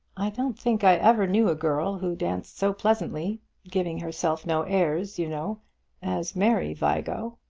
i don't think i ever knew a girl who danced so pleasantly giving herself no airs, you know as mary vigo.